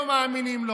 לא מאמינים לו,